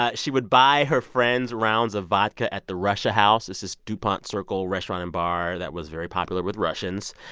ah she would buy her friends rounds of vodka at the russia house it's this dupont circle restaurant and bar that was very popular with russians.